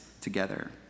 together